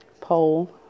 poll